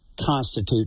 constitute